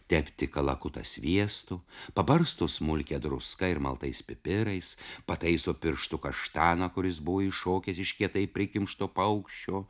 tepti kalakutą sviestu pabarsto smulkia druska ir maltais pipirais pataiso pirštu kaštaną kuris buvo iššokęs iš kietai prikimšto paukščio